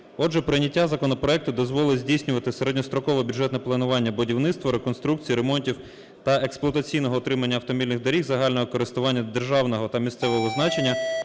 Отже, прийняття законопроекту дозволить здійснювати середньострокове бюджетне планування будівництва, реконструкції, ремонтів та експлуатаційного утримання автомобільних доріг загального користування державного та місцевого значення,